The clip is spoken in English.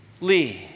Lee